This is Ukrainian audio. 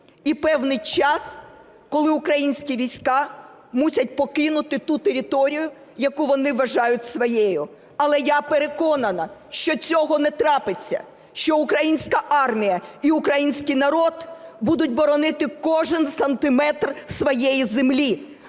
і певний час, коли українські війська мусять покинути ту територію, яку вони вважають своєю. Але я переконана, що цього не трапиться, що українська армія і український народ будуть боронити кожен сантиметр своєї землі,